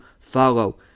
follow